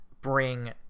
bring